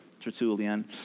Tertullian